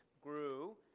grew